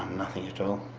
nothing at all.